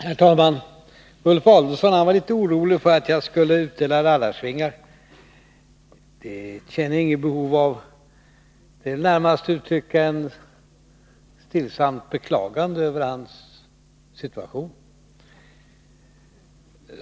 Herr talman! Ulf Adelsohn var litet orolig för att jag skulle utdela rallarsvingar. Det känner jag inget behov av att göra. Jag vill närmast uttrycka ett stillsamt beklagande över Ulf Adelsohns situation.